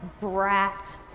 brat